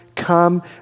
come